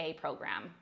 program